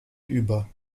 über